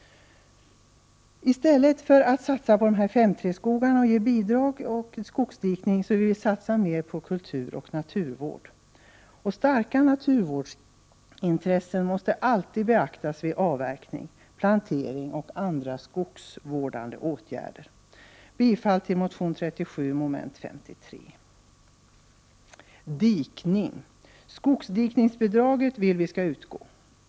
I stället för att satsa på skogsdikning och 5:3-skogar skall vi satsa mer på kultur och naturvård. Starka naturvårdsintressen måste alltid beaktas vid avverkning, plantering och andra ”skogsvårdande” åtgärder. Jag yrkar bifall till reservation 37. Skogsdikningsbidraget vill vi skall utgå.